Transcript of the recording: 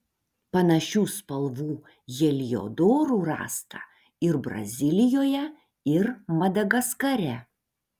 panašių spalvų heliodorų rasta ir brazilijoje ir madagaskare